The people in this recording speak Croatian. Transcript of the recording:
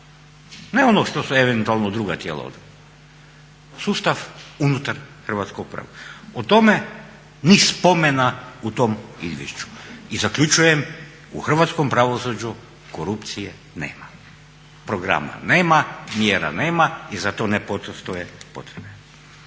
ne ono što su eventualno druga tijela otkrila. Sustav unutar hrvatskog pravosuđa. O tome ni spomena u tom izvješću. I zaključujem u hrvatskom pravosuđu korupcije nema, programa nema, mjera nema i za to ne postoje potrebe.